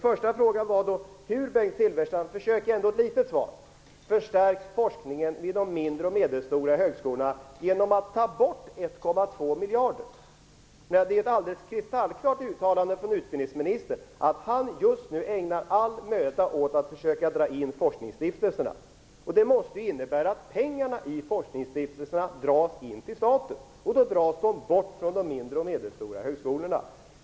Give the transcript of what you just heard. Försök ändå, Bengt Silfverstrand, att ge ett litet svar på min första fråga, som lydde: Hur förstärks forskningen vid de mindre och medelstora högskolorna genom att man tar bort 1,2 miljarder? Det finns ett alldeles kristallklart uttalande från utbildningsministern om att han just nu ägnar all möda åt att försöka dra in forskningsstiftelserna. Det måste innebära att pengarna i forskningsstiftelserna dras in till staten och därmed bort från de mindre och medelstora högskolorna.